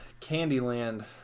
Candyland